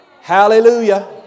Hallelujah